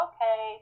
Okay